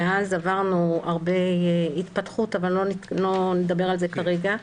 מאז עברנו הרבה התפתחות אבל לא נדבר על זה כרגע.